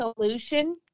solution